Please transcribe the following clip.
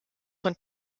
von